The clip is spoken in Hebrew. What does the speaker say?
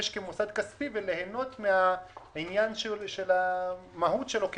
כמוסד כספי וליהנות מהמהות שלו כמלכ"ר,